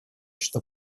что